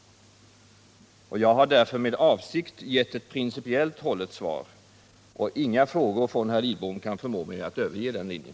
Jag har därför med avsikt gett ett principiellt hållet svar, och inga frågor från herr Lidbom kan förmå mig att överge den linjen.